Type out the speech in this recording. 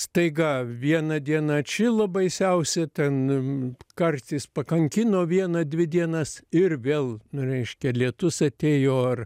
staiga vieną dieną atšilo baisiausia ten karštis pakankino vieną dvi dienas ir vėl nu reiškia lietus atėjo ar